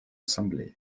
ассамблеи